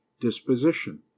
disposition